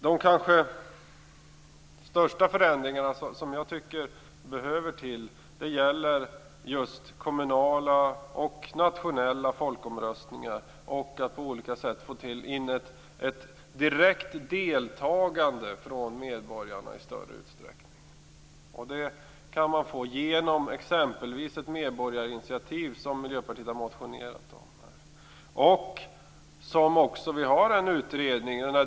De kanske största förändringar som jag tycker behöver göras gäller just kommunala och nationella folkomröstningar samt att på olika sätt få in ett direkt deltagande från medborgarna i större utsträckning. Det kan ske genom exempelvis ett medborgarinitiativ, som Miljöpartiet har motionerat om.